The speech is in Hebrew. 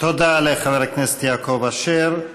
תודה לחבר הכנסת יעקב אשר.